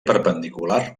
perpendicular